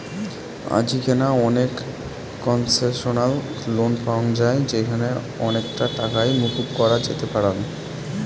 আজিকেনা অনেক concessional loan পাওয়াঙ যাই যেখানে অনেকটা টাকাই মকুব করা যেতে পারাং